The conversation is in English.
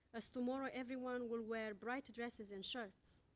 as tomorrow everyone will wear bright dresses and shirts.